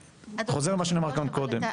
חוזר על מה שנאמר כאן קודם.